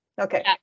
Okay